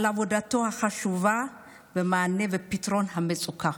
על עבודתו החשובה במענה ופתרון המצוקה,